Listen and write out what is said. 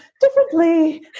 differently